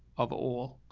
of all